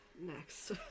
next